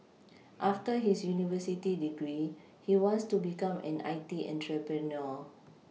after his university degree he wants to become an I T entrepreneur